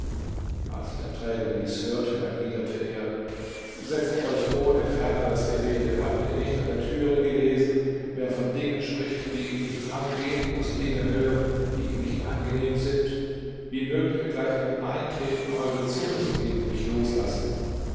als der träger dies hörte erwiderte er setzt euch ohne ferneres gerede habt ihr nicht an der türe gelesen wer von dingen spricht die ihn nichts angehen muß dinge hören die ihm nicht angenehm sind wie mögt ihr gleich beim eintreten eure zunge so gegen mich loslassen